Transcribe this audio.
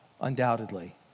undoubtedly